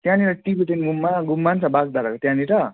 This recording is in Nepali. त्यहाँनिर टिबिटियन गुम्बा गुम्बा पनि छ बाग्धाराको त्यहाँनिर